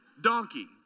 donkey